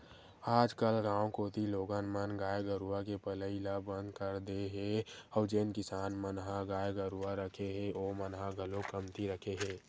आजकल गाँव कोती लोगन मन गाय गरुवा के पलई ल बंद कर दे हे अउ जेन किसान मन ह गाय गरुवा रखे हे ओमन ह घलोक कमती रखे हे